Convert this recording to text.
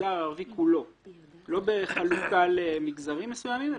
למגזר הערבי כולו ולא בחלוקה למגזרים מסוימים.